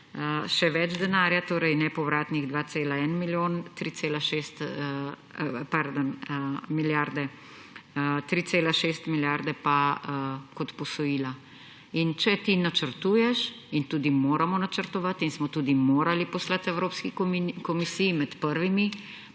še več denarja, torej nepovratnih 2,1 milijarde; 3,6 milijarde pa kot posojila. In če ti načrtuješ in tudi moramo načrtovati in smo tudi morali poslati Evropski komisiji med prvimi,